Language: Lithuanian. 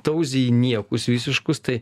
tauziji niekus visiškus tai